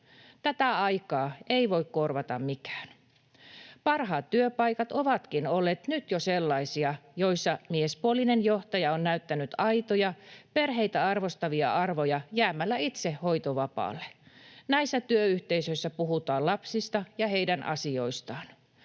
Tätä aikaa ei voi korvata mikään. Parhaat työpaikat ovatkin olleet nyt jo sellaisia, joissa miespuolinen johtaja on näyttänyt aitoja, perheitä arvostavia arvoja jäämällä itse hoitovapaalle. Näissä työyhteisöissä puhutaan lapsista ja heidän asioistaan.